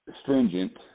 stringent